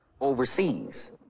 overseas